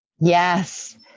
Yes